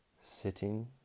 sitting